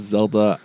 Zelda